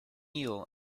eel